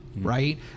right